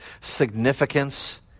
significance